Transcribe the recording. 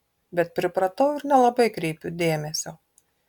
bet pripratau ir nelabai kreipiu dėmesio